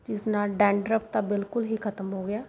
ਜਿਸ ਨਾਲ ਡੈਂਡਰਫ ਤਾਂ ਬਿਲਕੁਲ ਹੀ ਖਤਮ ਹੋ ਗਿਆ